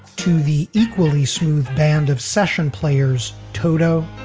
to the equally smooth band of session players, toto?